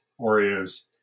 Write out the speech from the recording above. Oreos